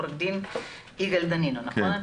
בבקשה.